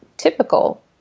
typical